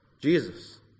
Jesus